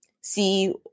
see